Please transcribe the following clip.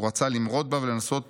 הוא רצה למרוד בה ולנסות